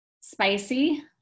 spicy